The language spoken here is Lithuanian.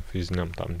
fiziniam tam